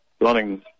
Running